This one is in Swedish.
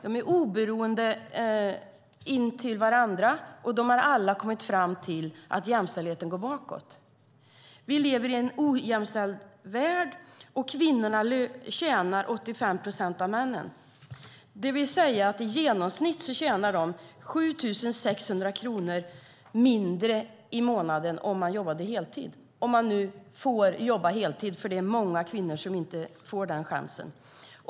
De är oberoende av varandra, och de har alla kommit fram till att jämställdheten går bakåt. Vi lever i en ojämställd värld, och kvinnorna tjänar 85 procent av vad männen gör, det vill säga att i genomsnitt tjänar kvinnorna 7 600 kronor mindre i månaden om de jobbar heltid, om de nu får jobba heltid. Det är många kvinnor som inte får den chansen.